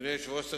אדוני היושב-ראש,